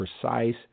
precise